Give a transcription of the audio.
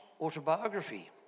autobiography